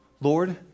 Lord